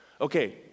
Okay